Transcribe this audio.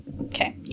Okay